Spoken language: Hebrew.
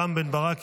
רם בן ברק,